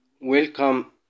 Welcome